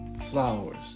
flowers